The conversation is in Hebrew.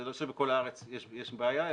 זה לא שבכל הארץ יש בעיה,